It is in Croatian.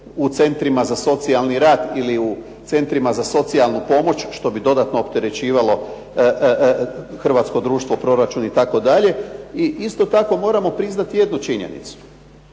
u centrima za socijalni rad ili u centrima za socijalnu pomoć, što bi dodatno opterećivalo hrvatsko društvu, proračun itd. I isto tako moramo priznati jednu činjenicu,